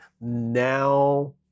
now